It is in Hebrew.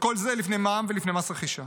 וכל זה לפני מע"מ ולפני מס רכישה.